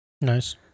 Nice